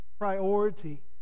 priority